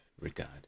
regard